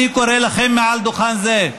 אני קורא לכם מעל דוכן זה,